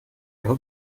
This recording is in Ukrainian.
його